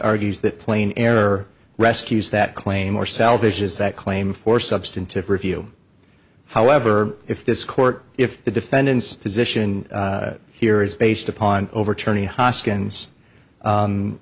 argues that plain error rescues that claim or salvage is that claim for substantive review however if this court if the defendant's position here is based upon overturning hoskins